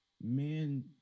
man